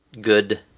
good